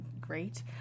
great